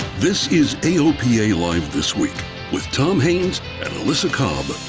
this is aopa live this week with tom haines and alyssa cobb.